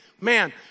man